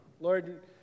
Lord